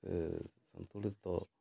ଏ ସନ୍ତୁଳିତ